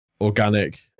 organic